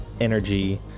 energy